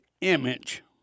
image